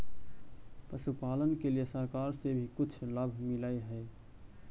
पशुपालन के लिए सरकार से भी कुछ लाभ मिलै हई?